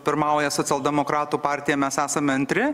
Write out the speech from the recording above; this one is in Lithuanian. pirmauja socialdemokratų partija mes esame antri